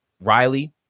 Riley